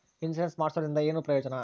Insurance ಮಾಡ್ಸೋದರಿಂದ ಏನು ಪ್ರಯೋಜನ?